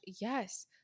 Yes